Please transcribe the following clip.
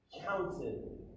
counted